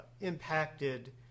impacted